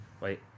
Wait